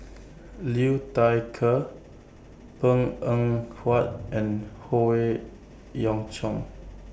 Liu Thai Ker Png Eng Huat and Howe Yoon Chong